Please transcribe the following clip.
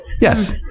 yes